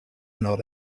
not